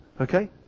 okay